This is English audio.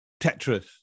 Tetris